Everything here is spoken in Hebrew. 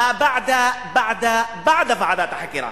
מא בעדה-בעדה-בעדה ועדת החקירה,